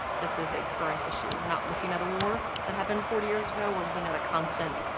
this is a current issue. we're not looking at a war that happened forty years ago, we're looking at a constant,